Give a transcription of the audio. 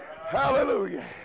Hallelujah